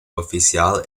oficial